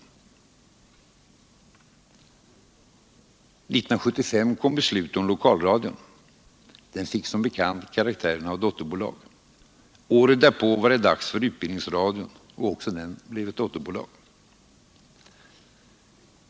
År 1975 kom beslutet om lokalradion. Den fick som bekant karaktären av dotterbolag. Året därpå var det dags för utbildningsradion som också den blev ett dotterbolag.